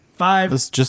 Five